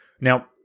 Now